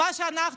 מה שאנחנו,